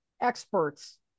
experts